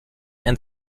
and